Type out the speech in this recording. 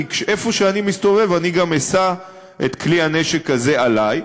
כי איפה שאני אסתובב אני גם אשא את כלי הנשק הזה עלי.